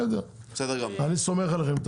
אני סומך עליכם.